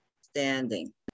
standing